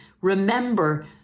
Remember